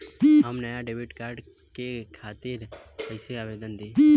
हम नया debit card के खातिर कइसे आवेदन दीं?